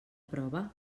prova